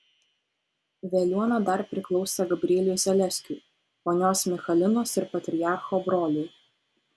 veliuona dar priklausė gabrieliui zaleskiui ponios michalinos ir patriarcho broliui